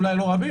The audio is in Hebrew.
אולי לא רבים,